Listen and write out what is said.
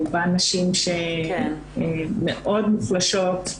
רובן נשים שמאוד מוחלשות,